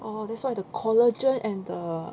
this [one] the collagen and the